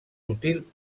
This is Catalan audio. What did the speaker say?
útil